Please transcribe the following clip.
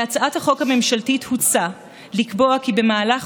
בהצעת החוק הממשלתית הוצע לקבוע כי במהלך